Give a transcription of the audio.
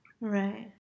Right